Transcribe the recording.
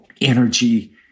energy